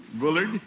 Bullard